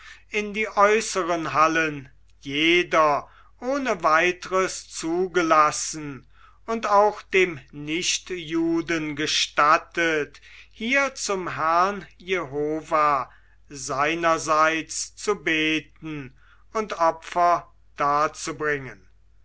in die äußeren hallen jeder ohne weiteres zugelassen und auch dem nichtjuden gestattet hier zum herrn jehova seinerseits zu beten und opfer darzubringen